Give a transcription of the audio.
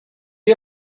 you